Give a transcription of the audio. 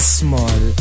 small